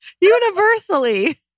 universally